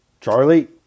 Charlie